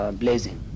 blazing